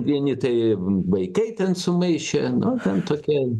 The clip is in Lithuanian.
vieni tai vaikai ten sumaišė nu ten tokie